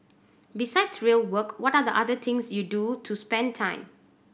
besides real work what are the other things you do to spend time